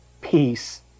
Peace